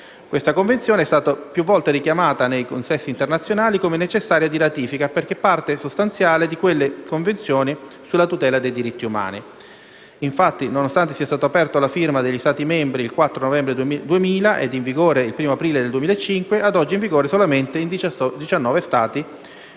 Questa Convenzione è stata più volte richiamata nei consessi internazionali come oggetto di necessaria ratifica, perché parte sostanziale di quelle convenzioni sulla tutela dei diritti umani. Infatti, nonostante sia stato aperto alla firma degli Stati membri il 4 novembre 2000 e sia in vigore dal 1° aprile 2005, ad oggi è in vigore solamente in 19 Paesi